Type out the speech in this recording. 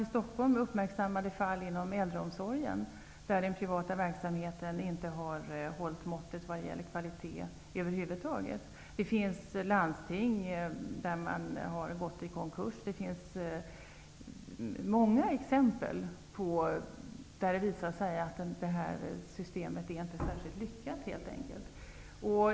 I Stockholm har fall inom äldreomsorgen uppmärksammats, där den privata verksamheten inte har hållit måttet vad gäller kvalitet. Det finns landsting där verksamheter har gått i konkurs. Det finns många exempel som visar att detta system inte är särskilt lyckat.